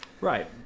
Right